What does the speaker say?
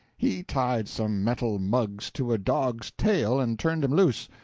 he tied some metal mugs to a dog's tail and turned him loose,